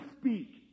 speak